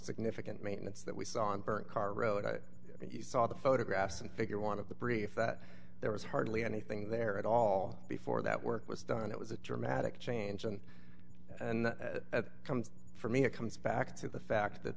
significant maintenance that we saw on earth car road i saw the photographs and figure one of the brief that there was hardly anything there at all before that work was done it was a dramatic change and that comes from it comes back to the fact that